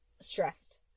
stressed